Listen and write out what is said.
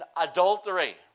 adultery